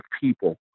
people